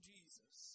Jesus